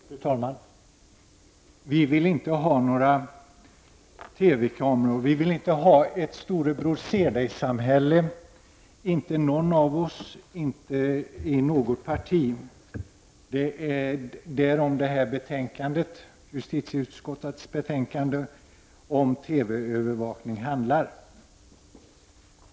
Fru talman! Vi vill inte ha några TV-kameror. Vi vill inte ha ett ”storebror ser dig”-samhälle, inte någon av oss, inte i något parti. Det är därom detta betänkande från justitieutskottet om TV-övervakning handlar.